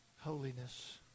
holiness